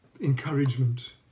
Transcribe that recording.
encouragement